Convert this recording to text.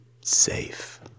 safe